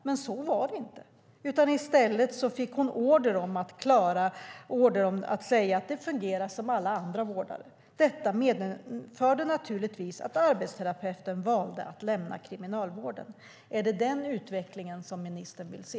Men så var det inte, utan i stället fick hon order om att fungera som alla andra vårdare. Detta medförde naturligtvis att arbetsterapeuten valde att lämna Kriminalvården. Är det den utvecklingen som ministern vill se?